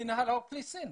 מינהל האוכלוסין.